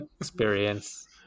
Experience